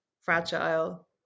fragile